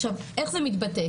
איך זה מתבטא?